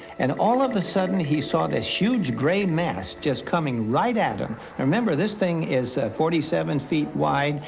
and all of a sudden, he saw this huge gray mass just coming right at him. but remember, this thing is forty seven feet wide.